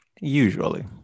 usually